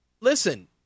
listen